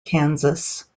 kansas